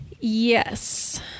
Yes